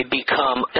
become